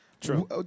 True